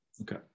Okay